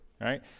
right